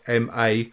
MA